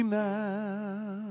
now